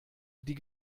die